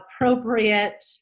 appropriate